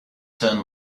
turn